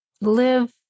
live